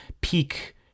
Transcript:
peak